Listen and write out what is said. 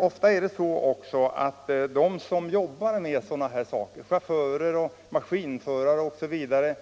Ofta frågar man dem som arbetar med dessa fordon — chaufförer och maskinförare — vilket fabrikat